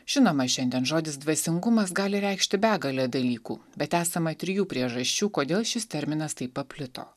žinoma šiandien žodis dvasingumas gali reikšti begalę dalykų bet esama trijų priežasčių kodėl šis terminas taip paplito